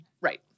Right